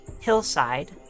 hillside